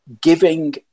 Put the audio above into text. giving